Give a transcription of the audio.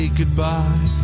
goodbye